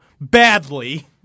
badly –